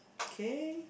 okay